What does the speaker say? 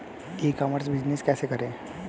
ई commerce business कैसे करें?